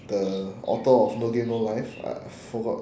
the author of no game no life I forgot